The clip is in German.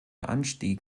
anstieg